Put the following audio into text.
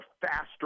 faster